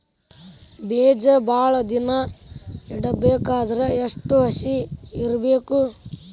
ಬೇಜ ಭಾಳ ದಿನ ಇಡಬೇಕಾದರ ಎಷ್ಟು ಹಸಿ ಇರಬೇಕು?